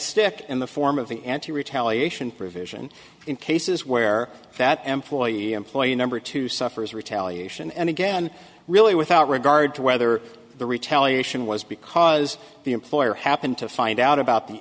stick in the form of an anti retaliation provision in cases where that employee employer number two suffers retaliation and again really without regard to whether the retaliation was because the employer happened to find out about the